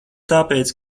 tāpēc